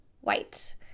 White